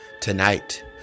Tonight